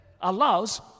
allows